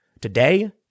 today